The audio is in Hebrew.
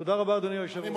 תודה רבה, אדוני היושב-ראש.